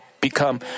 become